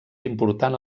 important